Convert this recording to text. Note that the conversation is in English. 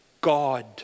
God